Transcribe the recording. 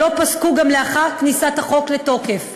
שלא פסקו גם לאחר כניסתו לתוקף.